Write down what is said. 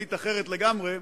לתכלית אחרת לגמרי.